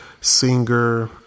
singer